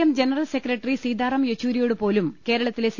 M general secretary Sitaram യെച്ചൂരിയോട് പോലും കേരളത്തിലെ സി